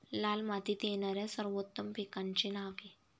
लाल मातीत येणाऱ्या सर्वोत्तम पिकांची नावे?